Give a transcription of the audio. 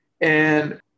And-